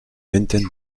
vingtaine